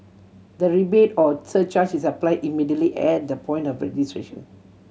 the rebate or surcharge is apply immediately at the point of registration